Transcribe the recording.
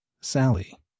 Sally